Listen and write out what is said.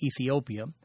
Ethiopia